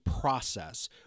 process